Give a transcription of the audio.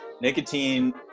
Nicotine